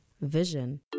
Vision